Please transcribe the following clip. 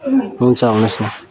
हुन्छ आउनुहोस् न